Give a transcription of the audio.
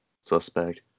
suspect